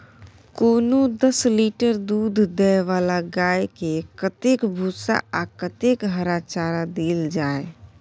कोनो दस लीटर दूध दै वाला गाय के कतेक भूसा आ कतेक हरा चारा देल जाय?